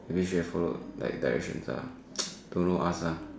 we should have followed directions lah don't know ask lah